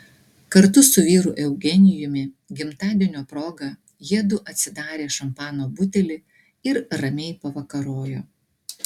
kartu su vyru eugenijumi gimtadienio proga jiedu atsidarė šampano butelį ir ramiai pavakarojo